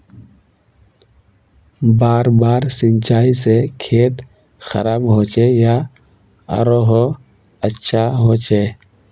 बार बार सिंचाई से खेत खराब होचे या आरोहो अच्छा होचए?